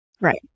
Right